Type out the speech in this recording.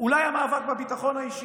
אולי המאבק בביטחון האישי.